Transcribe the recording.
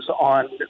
on